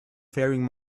faring